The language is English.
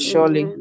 Surely